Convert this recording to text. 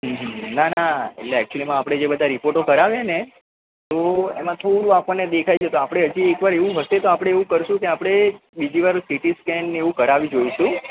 ના ના એટલે એક્ચુઅલિમાં આપણે જે બધા રિપોર્ટો કરાવ્યા ને તો એમાં કેવું આપણને દેખાય છે તો આપણે હજી એક વાર એવું હશે તો આપણે એવું કરશું કે આપણે બીજી વાર સીટીસ્કેન ને એવું કરાવી જોઈશું